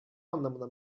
anlamına